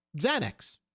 xanax